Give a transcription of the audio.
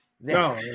No